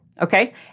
okay